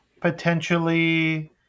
potentially